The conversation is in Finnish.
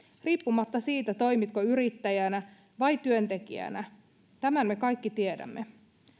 riippumatta siitä toimitko yrittäjänä vai työntekijänä tämän me kaikki tiedämme